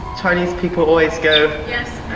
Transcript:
chinese people always go. yes,